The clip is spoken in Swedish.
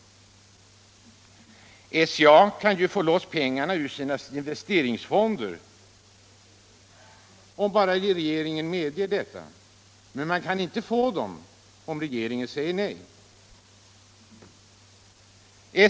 SCA kan ju få loss pengarna ur sina investeringsfonder om bara regeringen medger detta. Men de kan inte få dem om regeringen säger nej.